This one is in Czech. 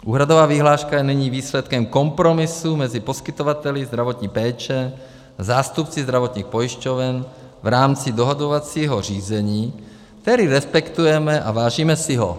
Úhradová vyhláška je nyní výsledkem kompromisu mezi poskytovateli zdravotní péče, zástupci zdravotních pojišťoven, v rámci dohodovacího řízení, které respektujeme a vážíme si ho.